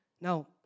Now